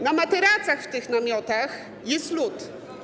Na materacach w tych namiotach jest lód.